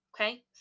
Okay